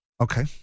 Okay